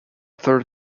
third